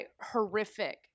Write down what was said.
horrific